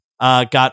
got